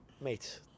mate